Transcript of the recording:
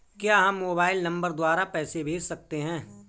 क्या हम mobile number द्वारा पैसे भेज सकते हैं?